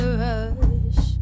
rush